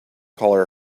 call